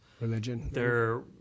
religion